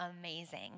amazing